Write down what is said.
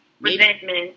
resentment